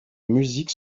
musique